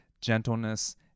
gentleness